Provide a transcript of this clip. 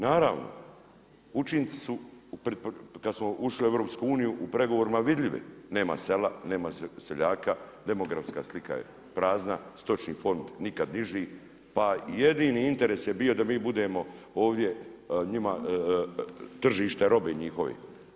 Naravno, učinci su, kada smo ušli u EU, u pregovorima vidljivi, nema sela, nema seljaka, demografska slika je prazna, stočni fond nikada niži, pa jedini interes je bio da mi budemo ovdje njima tržište robe njihovih.